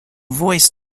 voice